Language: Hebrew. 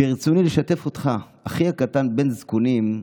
ברצוני לשתף אותך בכך שאחי הקטן, בן זקונים,